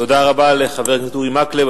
תודה רבה לחבר הכנסת אורי מקלב.